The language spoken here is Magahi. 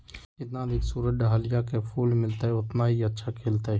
जितना अधिक सूरज डाहलिया के फूल मिलतय, उतना ही अच्छा खिलतय